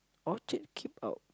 Orchard keep out